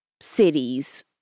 cities